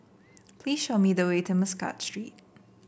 please show me the way to Muscat Street